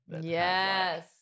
Yes